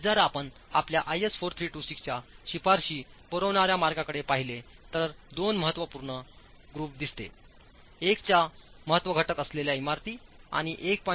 तर जर आपण आपल्या IS 4326 च्या शिफारसी पुरवण्याच्या मार्गाकडे पाहिले तर ते दोन महत्त्वपूर्ण दोन ग्रुप दिसते1 च्या महत्त्व घटक असलेल्या इमारती आणि 1